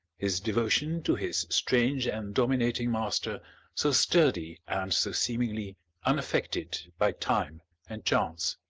his devotion to his strange and dominating master so sturdy and so seemingly unaffected by time and chance!